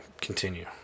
Continue